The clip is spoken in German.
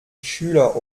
schüler